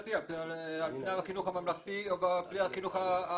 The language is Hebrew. לממלכתי-דתי על פני החינוך הממלכתי או על פי החינוך הערבי.